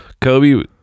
Kobe